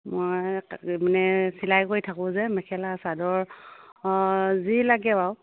মই মানে চিলাই কৰি থাকোঁ যে মেখেলা চাদৰ যি লাগে আৰু